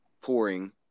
pouring